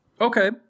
okay